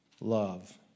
love